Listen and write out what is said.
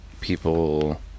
people